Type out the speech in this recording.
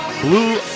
blue